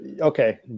okay